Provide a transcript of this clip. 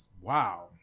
wow